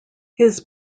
his